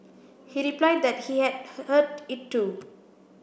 he replied that he had heard it too